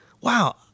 Wow